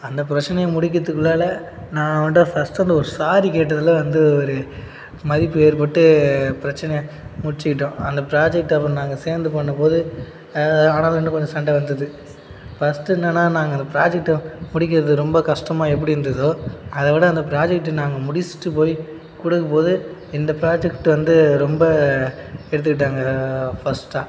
அந்த பிரச்சினைய முடிக்கிறதுக்குள்ளால நான் அவன்கிட்ட ஃபஸ்ட்டு அந்த ஒரு சாரி கேட்டதில் வந்து ஒரு மதிப்பு ஏற்பட்டு பிரச்சினைய முடிச்சுக்கிட்டோம் அந்த ப்ராஜெக்ட் அப்புறம் நாங்கள் சேர்ந்து பண்ணும்போது ஆனாலும் இன்னும் கொஞ்சம் சண்டை வந்தது ஃபஸ்ட்டு என்னன்னால் நாங்கள் அந்த ப்ராஜெக்ட்டை முடிக்கிறது ரொம்ப கஷ்டமாக எப்படி இருந்ததோ அதை விட அந்த ப்ராஜெக்ட்டு நாங்கள் முடிச்சுட்டு போய் கொடுக்கும்போது இந்த ப்ராஜெக்ட் வந்து ரொம்ப எடுத்துக்கிட்டாங்க ஃபஸ்ட்டாக